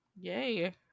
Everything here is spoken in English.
Yay